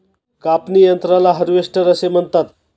कापणी यंत्राला हार्वेस्टर असे म्हणतात